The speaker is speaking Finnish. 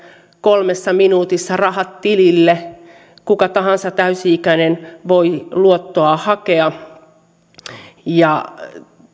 kolmessa minuutissa rahat tilille kuka tahansa täysi ikäinen voi luottoa hakea